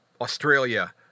Australia